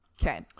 Okay